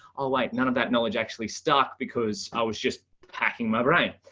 i'll wait. none of that knowledge actually stuck because i was just packing my brain.